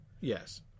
Yes